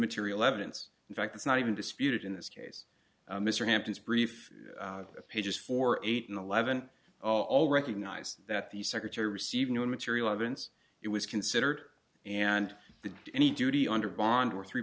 material evidence in fact it's not even disputed in this case mr hampton's brief pages four eight and eleven all recognize that the secretary received no material evidence it was considered and the any duty under bond or three